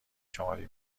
شماری